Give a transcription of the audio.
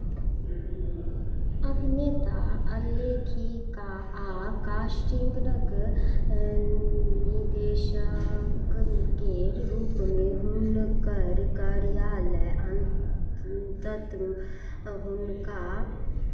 अभिनेता आ लेखिका आ कास्टिंगक निर्देशक केर रूपमे हुनकर कार्यालय अन्ततः हुनका